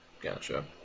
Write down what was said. gotcha